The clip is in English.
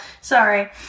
Sorry